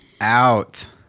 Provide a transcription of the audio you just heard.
out